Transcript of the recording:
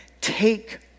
take